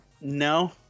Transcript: no